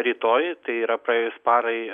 rytoj tai yra praėjus parai